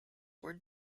were